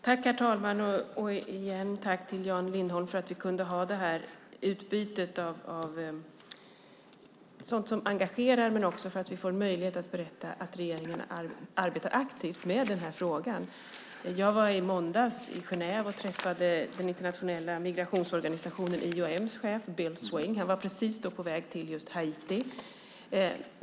Herr talman! Tack igen, Jan Lindholm, för att vi kunde ha det här utbytet! Det är sådant som engagerar. Vi får också en möjlighet att berätta att regeringen arbetar aktivt med den här frågan. Jag var i måndags i Genève och träffade den internationella migrationsorganisationen IOM:s chef, Bill Swing. Han var precis på väg till just Haiti.